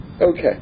Okay